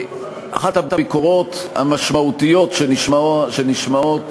אחת הביקורות המשמעותיות שנשמעות